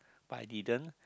but I didn't